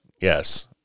yes